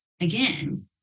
again